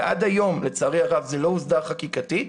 ועד היום לצערי הרב זה לא הוסדר חקיקתית,